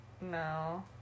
No